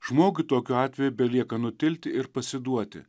žmogui tokiu atveju belieka nutilti ir pasiduoti